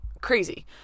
crazy